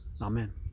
Amen